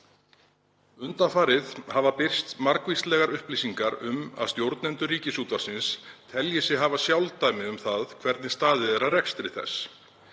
Undanfarið hafa birst margvíslegar upplýsingar um að stjórnendur Ríkisútvarpsins telji sig hafa sjálfdæmi um það hvernig staðið er að rekstri þess.